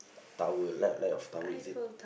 Tower L~ Love Tower is it